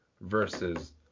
versus